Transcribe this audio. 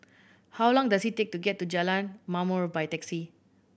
how long does it take to get to Jalan Ma'mor by taxi